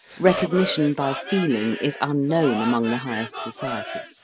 recognition by feeling is unknown among the highest society,